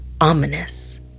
ominous